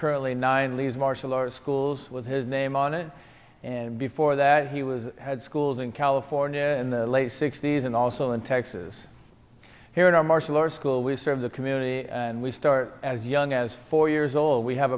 currently nine lee's martial arts schools with his name on it and before that he was had schools in california in the late sixty's and also in texas here in our martial arts school we serve the community and we start as young as four years old we have